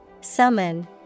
Summon